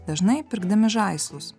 dažnai pirkdami žaislus